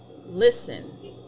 listen